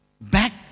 back